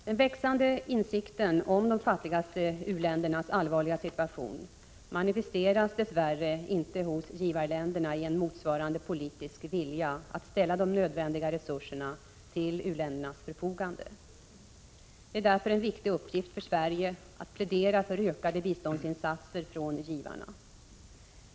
Den växande insikten om de fattigaste u-ländernas allvarliga situation manifesteras dess värre inte hos givarländerna i en motsvarande politisk vilja att ställa de nödvändiga resurserna till u-ländernas förfogande. Det är därför en viktig uppgift för Sverige att plädera för ökade biståndsinsatser från givarna.